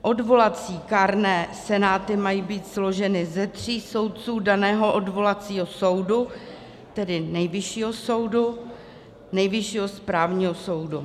Odvolací kárné senáty mají být složeny ze tří soudců daného odvolacího soudu, tedy Nejvyššího soudu, Nejvyššího správního soudu.